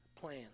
plan